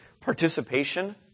Participation